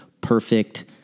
perfect